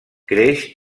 creix